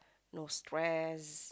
no stress